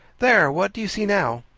there! what do you see now?